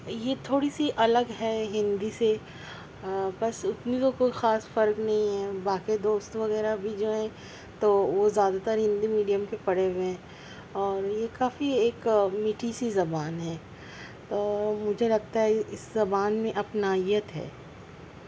یہ تھوڑی سی الگ ہے ہندی سے بس اتنی تو کوئی خاص فرق نہیں ہے باقی دوست وغیرہ جو بھی ہیں تو وہ زیادہ تر ہندی میڈیم کے پڑھے ہوئے ہیں اور یہ کافی ایک میٹھی سی زبان ہے مجھے لگتا ہے کہ اس زبان میں اپنائیت ہے